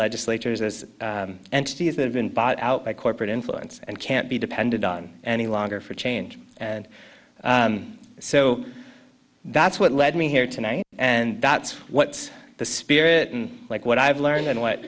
legislatures as entities that have been bought out by corporate influence and can't be depended on any longer for change and so that's what led me here tonight and that's what the spirit and like what i've learned and what